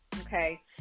Okay